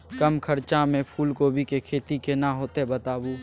कम खर्चा में फूलकोबी के खेती केना होते बताबू?